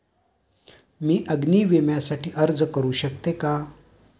मी अग्नी विम्यासाठी अर्ज करू शकते का?